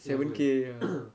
seven K